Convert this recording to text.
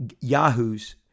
yahoos